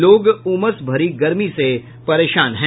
लोग उमस भरी गर्मी से परेशान है